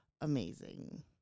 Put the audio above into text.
amazing